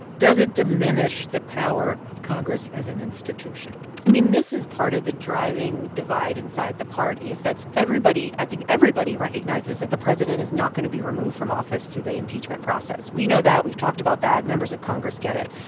does it diminish the power of congress as an institution? i mean, this is part of the driving divide inside the party is that everybody i think everybody recognizes that the president is not going to be removed from office through the impeachment process. we know that. we've talked about that. members of congress get it.